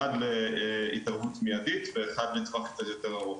אחד להתערבות מידית ואחד לטווח קצת יותר ארוך.